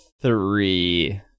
three